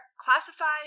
classified